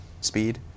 speed